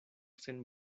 sen